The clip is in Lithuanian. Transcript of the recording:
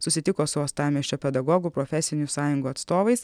susitiko su uostamiesčio pedagogų profesinių sąjungų atstovais